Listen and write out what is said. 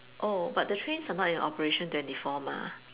oh but the trains are not in operation twenty four mah